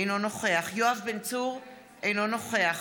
אינו נוכח יואב בן צור, אינו נוכח